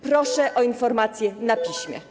Proszę o informację na piśmie.